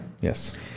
Yes